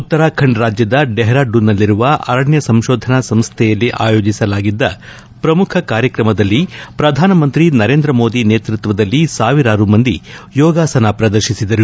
ಉತ್ತರಾಖಂಡ್ ರಾಜ್ಯದ ಡೆಹರಾಡೂನ್ನಲ್ಲಿರುವ ಅರಣ್ಣ ಸಂಶೋಧನಾ ಸಂಸ್ವೆಯಲ್ಲಿ ಆಯೋಜಿಸಲಾಗಿದ್ದ ಪ್ರಮುಖ ಕಾರ್ಯಕ್ರಮದಲ್ಲಿ ಪ್ರಧಾನಮಂತ್ರಿ ನರೇಂದ್ರ ಮೋದಿ ನೇತೃತ್ವದಲ್ಲಿ ಸಾವಿರಾರು ಮಂದಿ ಯೋಗಾಸನ ಪ್ರದರ್ತಿಸಿದರು